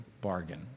bargain